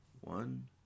One